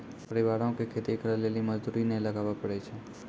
परिवारो के खेती करे लेली मजदूरी नै लगाबै पड़ै छै